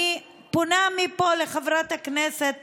אני פונה מפה לחברת הכנסת